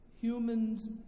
Humans